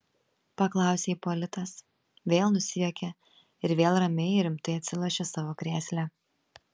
paklausė ipolitas vėl nusijuokė ir vėl ramiai ir rimtai atsilošė savo krėsle